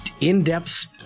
in-depth